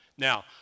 Now